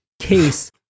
case